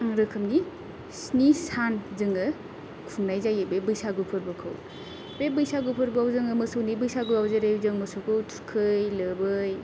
रोखोमनि स्नि सान जोङो खुंनाय जायो बे बैसागु फोरबोखौ बे बैसागु फोरबोआव जोङो मोसौनि बैसागुआव जेरै मोसौखौ थुखै लोबै